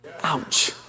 Ouch